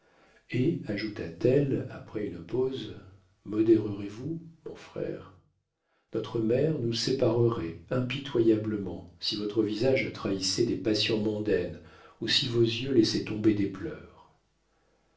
et ajouta-t-elle après une pause modérez-vous mon frère notre mère nous séparerait impitoyablement si votre visage trahissait des passions mondaines ou si vos yeux laissaient tomber des pleurs